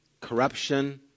corruption